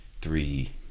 three